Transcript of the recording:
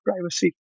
privacy